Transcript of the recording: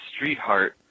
Streetheart